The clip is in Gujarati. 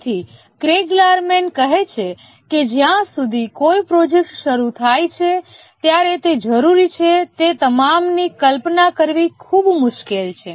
તેથી ક્રેગ લારમેન કહે છે કે જ્યારે કોઈ પ્રોજેક્ટ શરૂ થાય છે ત્યારે તે જરૂરી છે તે તમામની કલ્પના કરવી ખૂબ મુશ્કેલ છે